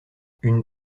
une